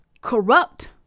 corrupt